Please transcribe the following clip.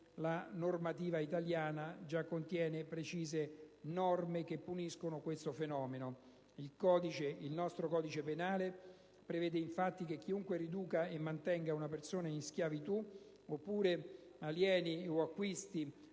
la normativa italiana contiene già precise norme che puniscono il fenomeno. Il nostro codice penale prevede infatti che «chiunque riduca e mantenga una persona in schiavitù» oppure «alieni o acquisti